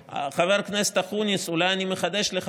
ואיך זה מתחיל?